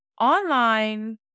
online